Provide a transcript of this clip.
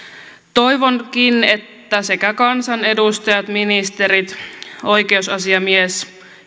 toivonkin että sekä kansanedustajat ministerit oikeusasiamies